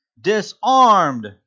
Disarmed